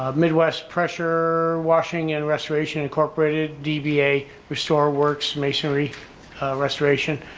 um midwest pressure washing and restoration incorporated dba, restore works masonry restoration,